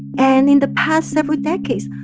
and in the past several decades,